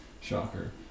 shocker